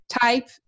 type